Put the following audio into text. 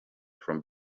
from